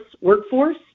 workforce